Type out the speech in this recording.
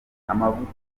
amavuta